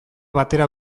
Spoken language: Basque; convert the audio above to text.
batera